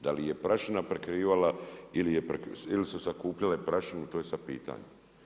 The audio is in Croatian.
Da li ih je prašina prekrivala ili su sakupljale prašinu, to je sad pitanje.